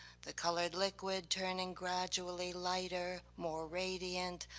the colored liquid turning gradually lighter, more radiant,